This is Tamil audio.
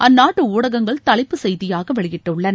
அந்நாட்டு ஊடகங்கள் தலைப்புச் செய்தியாக வெளியிட்டுள்ளன